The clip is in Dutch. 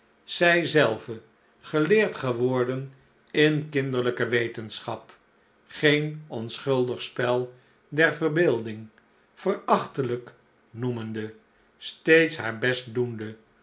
zij zelve geleerd geworden in kinderlijke wetenschap geen onschuldig spel der verbeelding verachtelijk noemende steeds haar best doende